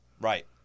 Right